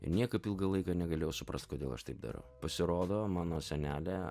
niekaip ilgą laiką negalėjau suprast kodėl aš taip darau pasirodo mano senelė